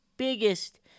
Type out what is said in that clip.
biggest